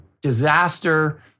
disaster